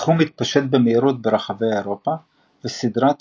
התחום התפשט במהירות ברחבי אירופה וסדרות